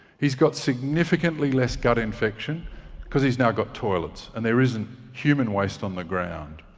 he's got significantly less gut infection because he's now got toilets, and there isn't human waste on the ground.